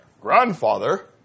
grandfather